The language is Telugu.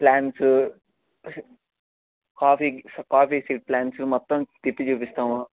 plants coffee coffee seed plants మొత్తం తిప్పి చూపిస్తాము